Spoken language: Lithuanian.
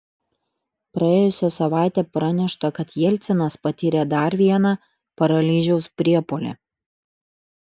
praėjusią savaitę pranešta kad jelcinas patyrė dar vieną paralyžiaus priepuolį